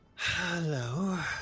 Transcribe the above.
Hello